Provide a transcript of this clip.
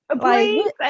Please